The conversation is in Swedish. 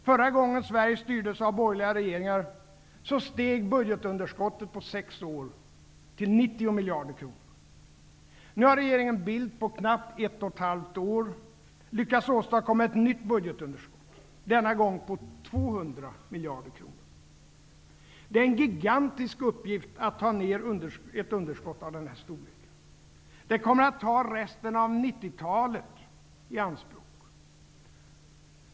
Förra gången Sverige styrdes av borgerliga regeringar steg budgetunderskottet, på sex år, till Nu har regeringen Bildt under knappt ett och ett halvt år lyckats åtadkomma ett nytt budgetunderskott; denna gång på 200 miljarder kronor. Det är en gigantisk uppgift att ta ned ett underskott av den storleken. Det kommer att ta resten av 90 talet i anspråk.